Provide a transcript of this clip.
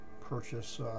purchase